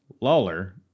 Lawler